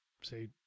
say